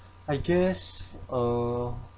I guess err